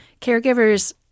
Caregivers